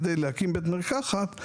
כדי להקים בית מרקחת,